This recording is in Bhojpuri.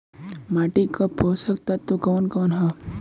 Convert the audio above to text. माटी क पोषक तत्व कवन कवन ह?